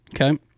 Okay